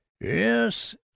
yes